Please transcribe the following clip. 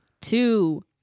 two